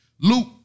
Luke